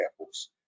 apples